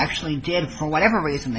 actually did for whatever reason